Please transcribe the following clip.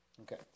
Okay